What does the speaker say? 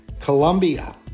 Colombia